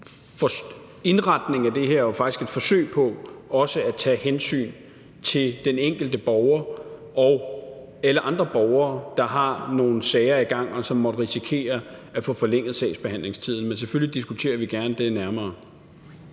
indretningen af det her jo faktisk er et forsøg på også at tage hensyn til den enkelte borger – det kan være borgere, der har en sag i gang, og som måtte risikere at få forlænget sagsbehandlingstiden. Men selvfølgelig diskuterer vi det gerne nærmere.